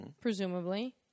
presumably